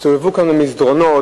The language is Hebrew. הסתובבו כאן במסדרונות